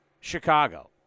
Chicago